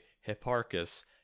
Hipparchus